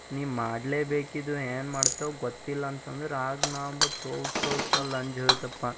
ನೀ ಮಾಡಲೇಬೇಕಿದು ಏನು ಮಾಡ್ತಾವ್ ಗೊತ್ತಿಲ್ಲ ಅಂತಂದರ ಆಗ ನಾ ಅಂಬದ್ ತೋಲ್ ತೋಲ್ ತೋಲ್ ಅಂಜೋಯ್ತಪ್ಪ